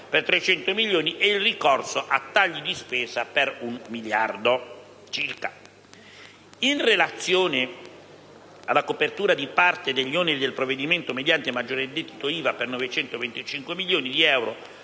(300 milioni) e il ricorso a tagli di spesa per circa un miliardo. In relazione alla copertura di parte degli oneri del provvedimento mediante maggiore gettito IVA per circa 925 milioni di euro,